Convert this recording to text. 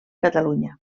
catalunya